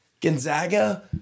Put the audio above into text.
Gonzaga